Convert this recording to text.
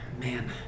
man